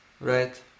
right